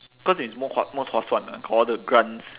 cause it's more 划 most 划算 ah got all the grants